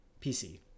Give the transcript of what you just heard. PC